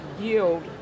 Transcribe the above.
yield